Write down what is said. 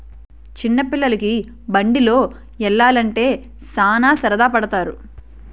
చిన్న పిల్లోలికి బండిలో యల్లాలంటే సాన సరదా పడతారు